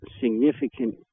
significant